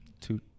Two